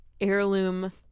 Heirloom